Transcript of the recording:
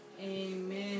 Amen